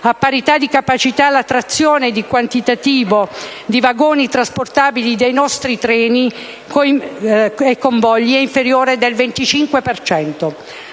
(a parità di capacità l'attrazione di quantitativo di vagoni trasportabili dei nostri treni e convogli è inferiore del 25